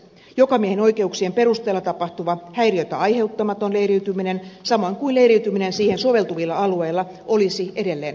jokamiehenoikeuksien perusteella tapahtuva häiriötä aiheuttamaton leiriytyminen samoin kuin leiriytyminen siihen soveltuvilla alueilla olisi edelleen sallittua